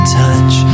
touch